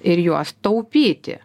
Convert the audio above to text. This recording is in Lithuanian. ir juos taupyti